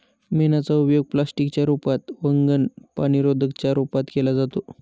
मेणाचा उपयोग प्लास्टिक च्या रूपात, वंगण, पाणीरोधका च्या रूपात केला जातो